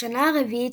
בשנה הרביעית,